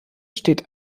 steht